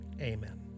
Amen